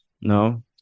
No